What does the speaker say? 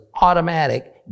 automatic